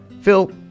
Phil